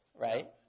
right